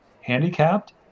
handicapped